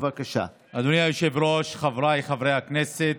אדוני היושב-ראש, חבריי חברי הכנסת,